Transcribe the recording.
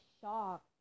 shocked